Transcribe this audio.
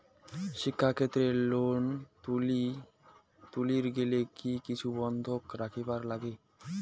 শিক্ষাক্ষেত্রে লোন তুলির গেলে কি কিছু বন্ধক রাখিবার লাগে?